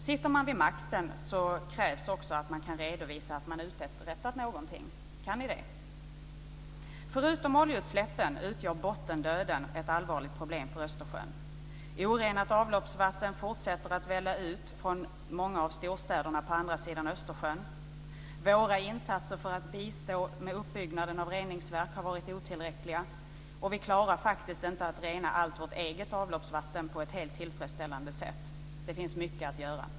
Sitter man vid makten krävs också att man kan redovisa att man har uträttat någonting. Kan ni det? Förutom oljeutsläppen utgör bottendöden ett allvarligt problem för Östersjön. Orenat avloppsvatten fortsätter att välla ut från många av storstäderna på andra sidan Östersjön. Våra insatser för att bistå med uppbyggnaden av reningsverk har varit otillräckliga, och vi klarar faktiskt inte att rena allt vårt eget avloppsvatten på ett helt tillfredsställande sätt. Det finns mycket att göra.